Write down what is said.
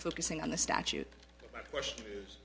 focusing on the statute question